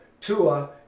Tua